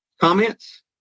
Comments